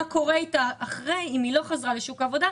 קורה אתה אחרי אם היא לא חזרה לשוק העבודה,